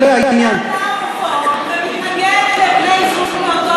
על בני-זוג בני אותו מין.